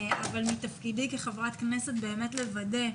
אבל מתפקידי כחברת כנסת באמת לוודא.